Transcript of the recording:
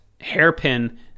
hairpin